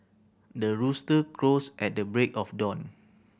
the rooster crows at the break of dawn